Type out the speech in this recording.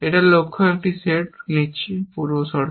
এটা লক্ষ্য একটি সেট নিচ্ছে পূর্ব শর্ত